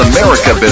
America